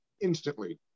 instantly